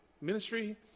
ministry